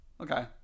Okay